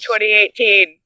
2018